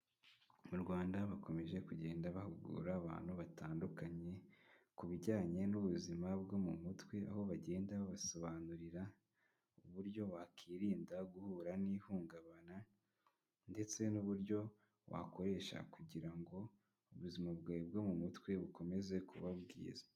Mu rwanda bakomeje kugenda bahugura abantu batandukanye, ku bijyanye n'ubuzima bwo mu mutwe aho bagenda babasobanurira, uburyo wakwirinda guhura n'ihungabana ndetse n'uburyo wakoresha kugira ngo, ubuzima bwawe bwo mu mutwe bukomeze kuba bwiza.